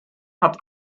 hat